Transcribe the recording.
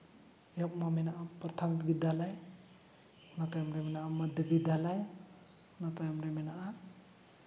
ᱮᱦᱚᱵ ᱢᱟ ᱢᱮᱱᱟᱜᱼᱟ ᱯᱨᱟᱛᱷᱚᱢᱤᱠ ᱵᱤᱫᱽᱫᱟᱞᱚᱭ ᱚᱱᱟ ᱛᱟᱭᱚᱢ ᱫᱚ ᱢᱮᱱᱟᱜᱼᱟ ᱢᱚᱫᱽᱫᱷᱚ ᱵᱤᱫᱽᱫᱟᱞᱚᱭ ᱚᱱᱟ ᱛᱟᱭᱚᱢ ᱫᱚ ᱢᱮᱱᱟᱜᱼᱟ